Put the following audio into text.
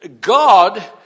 God